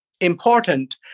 important